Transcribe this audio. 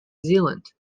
zealand